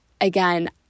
again